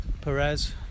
Perez